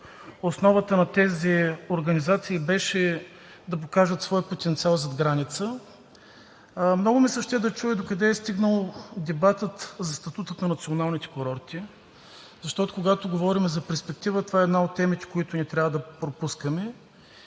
основата на тези организации беше да покажат своя потенциал зад граница. Много ми се иска да чуя докъде е стигнал дебатът за статута на националните курорти, защото когато говорим за перспектива, това е една от темите, които не трябва да пропускаме.